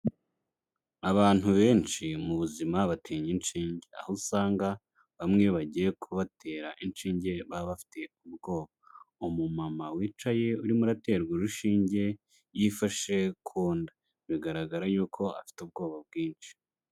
Abantu benshi mu buzima batinya inshinge. Aho usanga bamwe iyo bagiye kubatera inshinge baba bafite ubwoba. Umumama wicaye urimo uraterwa urushinge, yifashe ku nda. Bigaragara yuko afite ubwoba bwinshi.